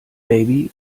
baby